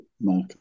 mark